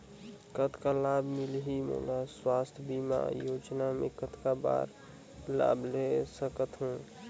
कतना लाभ मिलही मोला? स्वास्थ बीमा योजना मे कतना बार लाभ ले सकहूँ?